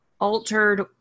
altered